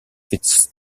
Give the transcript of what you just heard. its